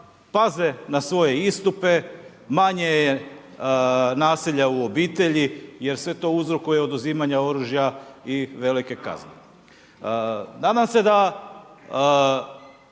paze na svoje istupe, manje je nasilja u obitelji, jer sve to uzrokuje oduzimanje oružja i velike kazne.